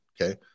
okay